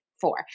four